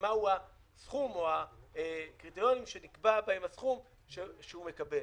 ומהו הסכום או הקריטריונים שנקבע בהם הסכום שהוא מקבל,